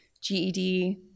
GED